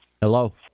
Hello